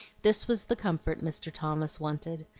this was the comfort mr. thomas wanted,